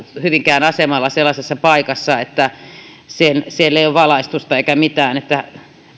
hyvinkään asemalla sellaisessa paikassa että siellä ei ole valaistusta eikä mitään että